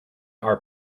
are